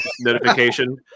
notification